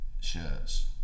shirts